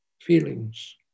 feelings